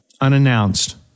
unannounced